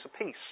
apiece